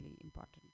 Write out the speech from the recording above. important